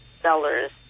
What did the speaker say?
sellers